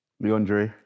Leandre